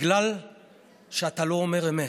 בגלל שאתה לא אומר אמת.